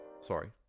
sorry